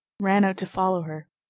ran out to follow her.